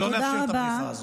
לא נאפשר את הבדיחה הזאת.